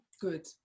good